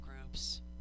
groups